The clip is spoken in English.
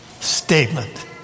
statement